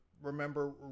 remember